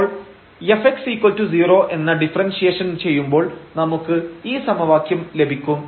അപ്പോൾ Fx 0 എന്ന differentiation ചെയ്യുമ്പോൾ നമുക്ക് ഈ സമവാക്യം ലഭിക്കും